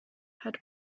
had